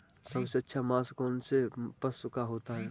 सबसे अच्छा मांस कौनसे पशु का होता है?